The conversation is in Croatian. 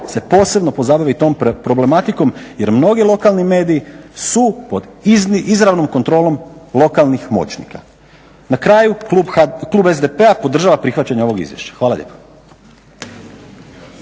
se posebno pozabavit tom problematikom jer mnogi lokalni mediji su pod izravnom kontrolom lokalnih moćnika. Na kraju Klub SDP-a podržava prihvaćanje ovog izvješća. Hvala lijepo.